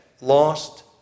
lost